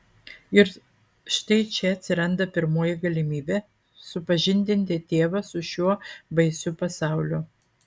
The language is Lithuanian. ir štai čia atsiranda pirmoji galimybė supažindinti tėvą su šiuo baisiu pasauliu